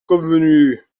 convenu